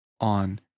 on